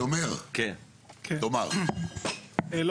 שטח שהוא לא מקורה הוא לא שטח, נקודה.